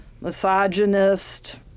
misogynist